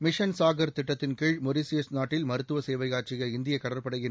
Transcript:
mission Sagar திட்டத்தின்கீழ் Mauritius நாட்டில் மருத்துவ சேவையாற்றிய இந்திய கடற்படையின்